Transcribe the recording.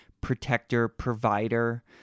protector-provider